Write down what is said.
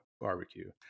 barbecue